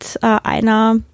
einer